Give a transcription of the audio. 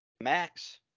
Max